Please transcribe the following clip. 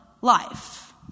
life